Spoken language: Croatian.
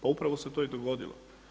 Pa upravo se to i dogodilo.